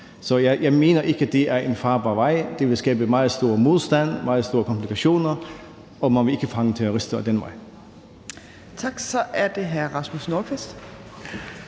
Så jeg mener ikke, det er en farbar vej. Det vil skabe meget stor modstand, meget store komplikationer, og man vil ikke fange terrorister ad den vej. Kl. 22:08 Tredje næstformand